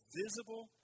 visible